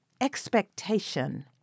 expectation